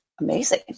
amazing